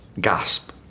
gasp